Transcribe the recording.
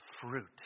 fruit